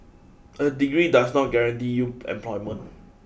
a degree does not guarantee you employment